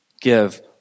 Give